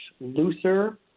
looser